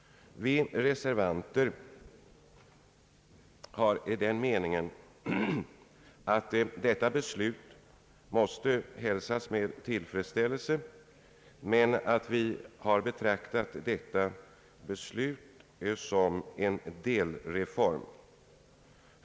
Vi reservanter anser att detta beslut måste hälsas med tillfredsställelse, men vi betraktar det dock som en delreform.